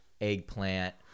eggplant